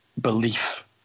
belief